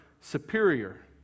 superior